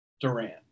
Durant